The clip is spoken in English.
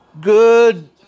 Good